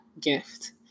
gift